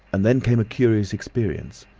and then came a curious experience.